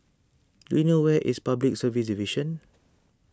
do you know where is Public Service Division